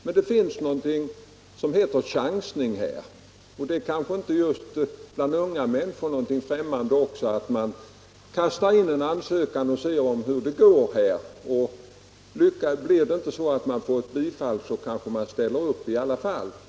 Men det finns något som heter chansning i detta sammanhang, och det är kanske inte något för unga människor främmande att kasta in en ansökan för att se hur det går. Får man inte bifall, ställer man ofta upp i alla fall.